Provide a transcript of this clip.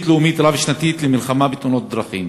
לאומית רב-שנתית למלחמה בתאונות הדרכים.